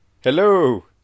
Hello